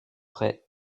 prêt